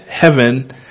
heaven